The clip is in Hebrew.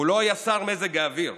הוא לא היה שר מזג האוויר,